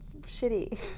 shitty